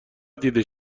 دیده